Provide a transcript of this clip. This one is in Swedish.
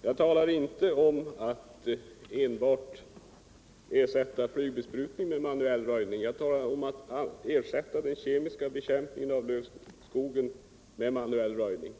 Herr talman! Jag talar inte om att enbart ersätta flygbesprutning med manuell röjning. Jag talar om att ersätta den kemiska bekämpningen i skogen med manuell röjning.